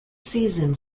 season